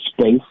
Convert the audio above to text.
space